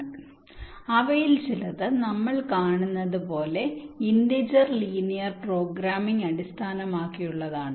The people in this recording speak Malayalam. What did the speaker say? അതിനാൽ അവയിൽ ചിലത് നമ്മൾ കാണുന്നത് പോലെ ഇന്റിജർ ലീനിയർ പ്രോഗ്രാമിംഗ് അടിസ്ഥാനമാക്കിയുള്ളതാണ്